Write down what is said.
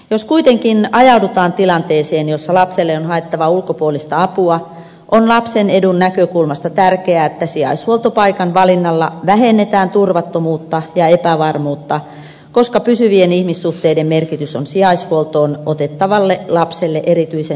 jos kuitenkin ajaudutaan tilanteeseen jossa lapselle on haettava ulkopuolista apua on lapsen edun näkökulmasta tärkeää että sijaishuoltopaikan valinnalla vähennetään turvattomuutta ja epävarmuutta koska pysyvien ihmissuhteiden merkitys on sijaishuoltoon otettavalle lapselle erityisen suuri